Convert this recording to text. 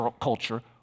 culture